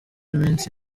iminsi